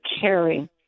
caring